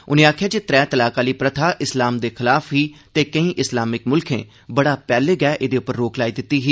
उनें आखेआ जे त्रै तलाक आली प्रथा इस्लाम दे खलाफ ही ते केईं इस्लामिक मुल्खें बड़ा पैहले गै एहदे उप्पर रोक लाई दित्ती ही